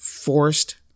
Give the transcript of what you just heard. Forced